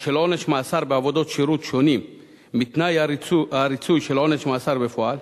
של עונש מאסר בעבודות שירות שונים מתנאי הריצוי של עונש מאסר בפועל,